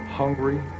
hungry